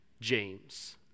James